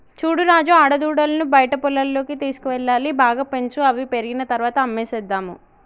చూడు రాజు ఆడదూడలను బయట పొలాల్లోకి తీసుకువెళ్లాలి బాగా పెంచు అవి పెరిగిన తర్వాత అమ్మేసేద్దాము